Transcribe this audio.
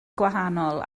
gwahanol